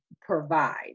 provide